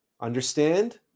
Understand